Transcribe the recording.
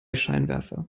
scheinwerfer